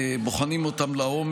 אנחנו בוחנים לעומק.